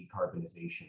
decarbonization